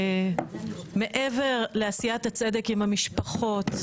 מעבר לעשיית הצדק עם המשפחות,